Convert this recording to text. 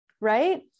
Right